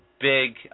big